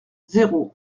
zéro